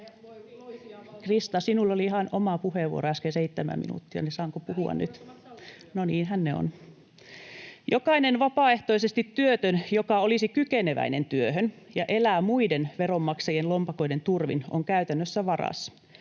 Krista, sinulla oli ihan oma puheenvuoro äsken, seitsemän minuuttia, niin että saanko puhua nyt? [Krista Kiuru: Välihuudot ovat sallittuja!] — No niinhän ne ovat. — Jokainen vapaaehtoisesti työtön, joka olisi kykeneväinen työhön ja elää muiden veronmaksajien lompakoiden turvin, on käytännössä varas.